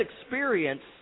experience